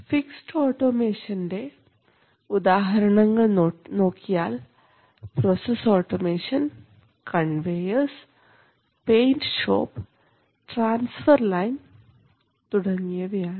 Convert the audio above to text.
fixed ഓട്ടോമേഷൻറെ ഉദാഹരണങ്ങൾ നോക്കിയാൽ process automation conveyor paint shop transfer line തുടങ്ങിയവയാണ്